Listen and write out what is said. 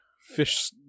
fish